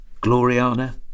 Gloriana